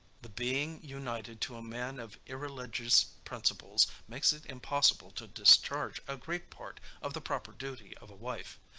the being united to a man of irreligious principles, makes it impossible to discharge a great part of the proper duty of a wife.